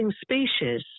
species